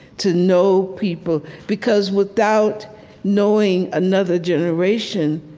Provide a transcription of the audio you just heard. to know people, because without knowing another generation,